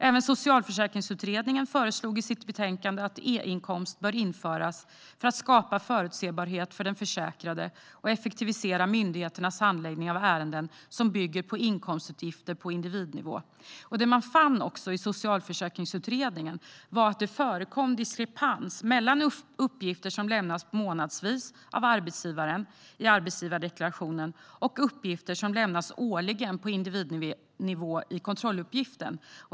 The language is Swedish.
Även Socialförsäkringsutredningen föreslog i sitt betänkande att einkomst bör införas för att skapa förutsägbarhet för den försäkrade och för att effektivisera myndigheternas handläggning av ärenden som bygger på inkomstuppgifter på individnivå. Socialförsäkringsutredningen fann också att det förekom diskrepans mellan uppgifter som lämnas månadsvis av arbetsgivaren i arbetsgivardeklarationen och uppgifter som lämnas årligen på individnivå i kontrolluppgiften.